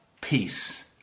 peace